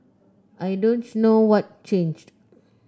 I don't know what changed